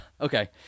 okay